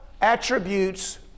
attributes